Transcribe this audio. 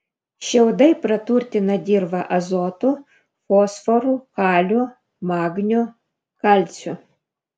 šiaudai praturtina dirvą azotu fosforu kaliu magniu kalciu